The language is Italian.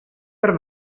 per